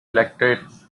elected